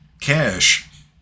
cash